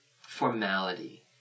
formality